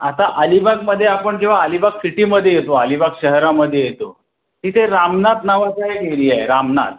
आता अलीबागमध्ये आपण जेव्हा अलीबाग सिटीमध्ये येतो अलीबाग शहरामध्ये येतो तिथे रामनाथ नावाचा एक एरिया आहे रामनाथ